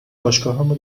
باشگاهمو